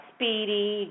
Speedy